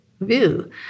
view